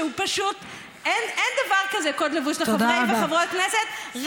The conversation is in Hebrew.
שפשוט אין דבר כזה קוד לבוש לחברי וחברות הכנסת,